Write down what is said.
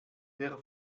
der